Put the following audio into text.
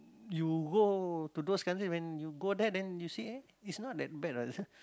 you go to those country when you go there then you see eh it's not that bad ah